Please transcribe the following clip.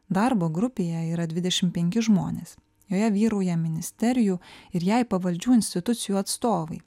darbo grupėje yra dvidešim penki žmonės joje vyrauja ministerijų ir jai pavaldžių institucijų atstovai